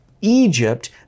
Egypt